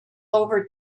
over